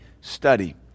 study